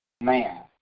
Man